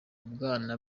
bwana